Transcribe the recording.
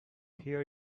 hear